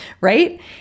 right